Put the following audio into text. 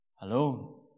alone